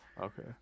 okay